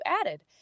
added